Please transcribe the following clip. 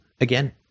again